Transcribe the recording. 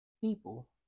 people